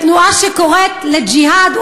בתנועה שקוראת לג'יהאד,